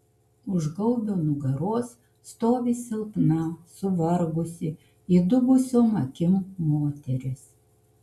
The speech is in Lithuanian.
už gaubio nugaros stovi silpna suvargusi įdubusiom akim moteris